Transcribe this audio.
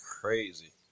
crazy